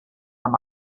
amb